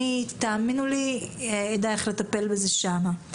תאמינו לי שאני אדע איך לטפל בזה שם.